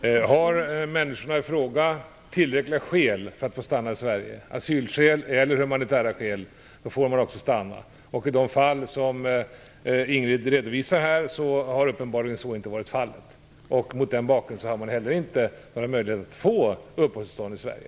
Fru talman! Om människorna i fråga har tillräckliga skäl för att stanna i Sverige - asylskäl eller humanitära skäl - får de också stanna. I de fall som Ingrid Näslund redovisar här har personerna uppenbarligen inte haft det. Mot den bakgrunden har de heller inte haft några möjligheter att få uppehållstillstånd i Sverige.